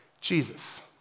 Jesus